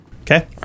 Okay